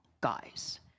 guys